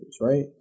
Right